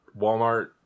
Walmart